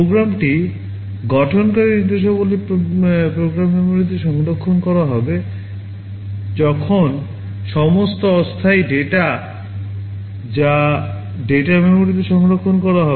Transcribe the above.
প্রোগ্রামটি গঠনকারী নির্দেশাবলী প্রোগ্রাম মেমোরিতে সংরক্ষণ করা হবে যখন সমস্ত অস্থায়ী ডেটা যা ডেটা মেমরিতে সংরক্ষণ করা হবে